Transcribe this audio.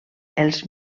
els